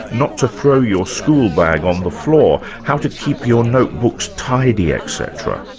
not to throw your schoolbag on the floor, how to keep your notebooks tidy etc.